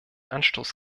anstoß